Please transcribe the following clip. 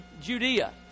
Judea